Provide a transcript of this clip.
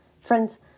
Friends